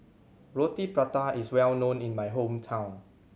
Roti Prata is well known in my hometown